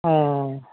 हँअऽ